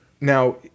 Now